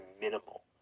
minimal